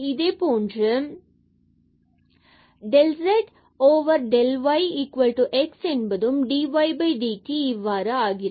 இதே போன்று இங்கு del zdel y x என்பதும் dydt இவ்வாறு ஆகிறது